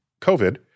COVID